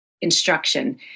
instruction